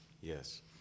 Yes